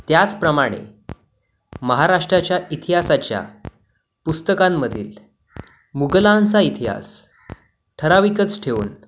त्याचप्रमाणे महाराष्ट्राच्या इतिहासाच्या पुस्तकांमधील मुघलांचा इतिहास ठराविकच ठेवून